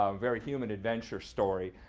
um very human adventure story.